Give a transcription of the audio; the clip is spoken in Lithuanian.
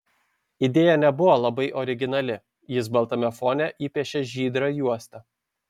idėja nebuvo labai originali jis baltame fone įpiešė žydrą juostą